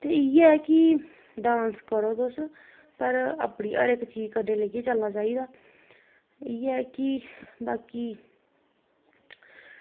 ते इ'यै कि डांस करो तुस पर अपनी हर इक चीज़ कन्नै लेइयै चलना चाहिदा इ'यै कि बाकी